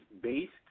based